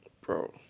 bro